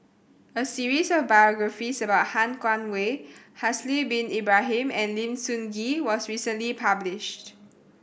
a series of biographies about Han Guangwei Haslir Bin Ibrahim and Lim Sun Gee was recently published